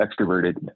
extroverted